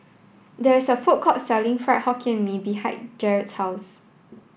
there is a food court selling fried Hokkien Mee behind Jaret's house